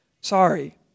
sorry